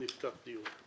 נפתח דיון.